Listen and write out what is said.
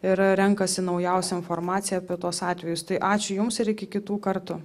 ir renkasi naujausią informaciją apie tuos atvejus tai ačiū jums ir iki kitų kartų